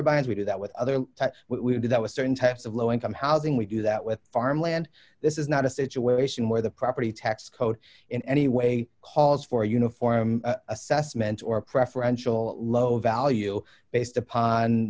turbines we do that with other we do that with certain types of low income housing we do that with farmland this is not a situation where the property tax code in any way calls for uniform assessment or preferential low value based upon